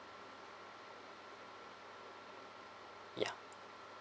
ya